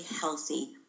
healthy